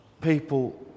people